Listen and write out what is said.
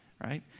right